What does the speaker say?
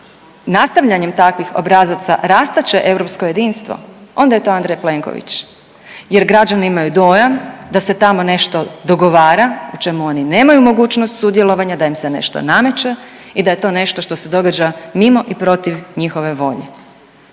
nastavljanjem takvih obrazaca rastače europsko jedinstvo, onda je to Andrej Plenković jer građani imaju dojam da se tamo nešto dogovara o čemu oni nemaju mogućnost sudjelovanja, da im se nešto nameće i da je to nešto što se događa mimo i protiv njihove volje,